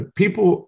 people